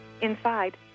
Inside